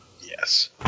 Yes